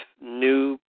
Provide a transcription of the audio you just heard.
new